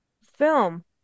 film